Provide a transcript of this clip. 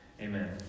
Amen